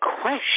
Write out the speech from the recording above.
question